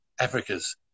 Africa's